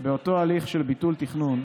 של ביטול תכנון,